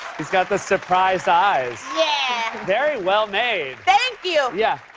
he's got the surprised eyes. yeah. very well made. thank you. yeah.